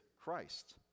Christ